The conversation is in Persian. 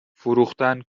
فروختن